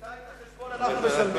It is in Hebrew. בינתיים את החשבון אנחנו משלמים.